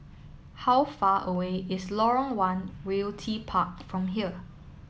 how far away is Lorong one Realty Park from here